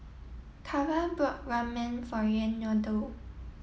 Cara bought Ramen for Reynaldo